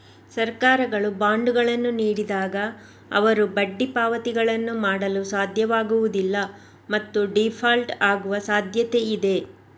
ಸರ್ಕಾರಗಳು ಬಾಂಡುಗಳನ್ನು ನೀಡಿದಾಗ, ಅವರು ಬಡ್ಡಿ ಪಾವತಿಗಳನ್ನು ಮಾಡಲು ಸಾಧ್ಯವಾಗುವುದಿಲ್ಲ ಮತ್ತು ಡೀಫಾಲ್ಟ್ ಆಗುವ ಸಾಧ್ಯತೆಯಿದೆ